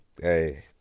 Hey